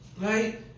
Right